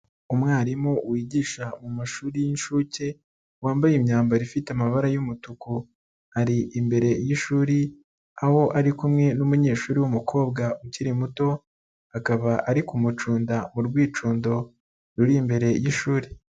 Umwarimu wigisha mu mashuri y'inshuke, wambaye imyambaro ifite amabara y'umutuku, ari imbere y'ishuri aho ari kumwe n'umunyeshuri w'umukobwa ukiri muto, akaba ari kumucunda mu rwicundo ruri imbere y'ishuri.